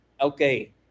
okay